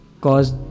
Cause